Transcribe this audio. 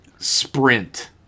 Sprint